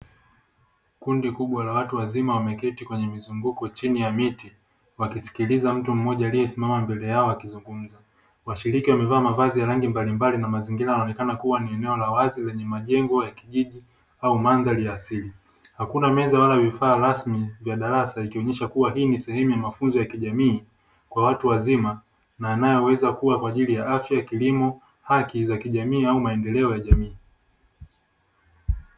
Kundi kubwa la watu wazima wameketi kwenye mizunguko chini ya miti wakisikiliza mtu mmoja aliyesimama mbele yao akizungumza, washiriki wamevaa mavazi ya rangi mbalimbali na mazingira yanaonekana kuwa ni eneo la wazi lenye majengo ya kijiji au mandari ya asili hakuna meza wala vifaa rasmi vya darasa ikionyesha kuwa hii ni sehemu ya mafunzo ya kijamii kwa watu wazima na yanaweza kuwa kwajili ya afya, kilimo, haki za kijamii au maendeleo ya jamii.